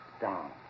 down